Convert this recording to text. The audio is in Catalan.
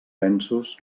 densos